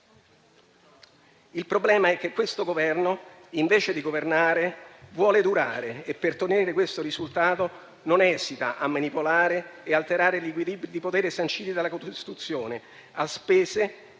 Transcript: Il problema è che questo Governo, invece di governare, vuole durare e per ottenere questo risultato non esita a manipolare e alterare gli equilibri di potere sanciti dalla Costituzione, a spese